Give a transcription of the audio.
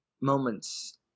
moments